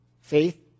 Faith